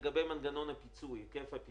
אם ועדת הכספים, בלי שום קשר לוועדת הפנים,